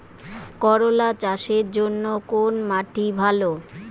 করলা চাষের জন্য কোন মাটি ভালো?